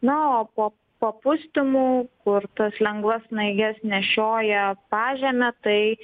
na o po papustymų kur tas lengvas snaiges nešioja pažeme tai